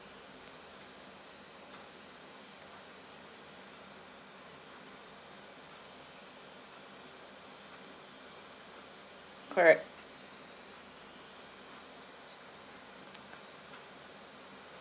correct